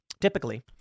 Typically